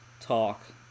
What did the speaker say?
talk